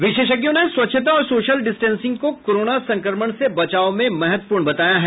विशेषज्ञों ने स्वच्छता और सोशल डिस्टेंसिंग को कोरोना संक्रमण से बचाव में महत्वपूर्ण बताया है